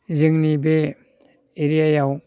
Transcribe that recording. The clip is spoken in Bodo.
जोंनि बे एरियायाव